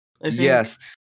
Yes